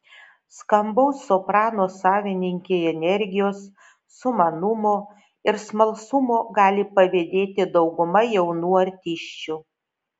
skambaus soprano savininkei energijos sumanumo ir smalsumo gali pavydėti dauguma jaunų artisčių